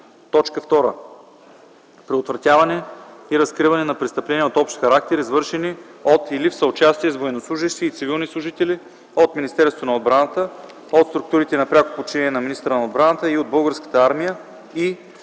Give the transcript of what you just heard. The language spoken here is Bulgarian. ред; 2. предотвратяване и разкриване на престъпления от общ характер, извършени от или в съучастие с военнослужещи и цивилни служители от Министерството на отбраната, от структурите на пряко подчинение на министъра на отбраната и от Българската армия и/или